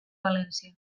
valència